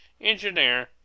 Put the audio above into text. engineer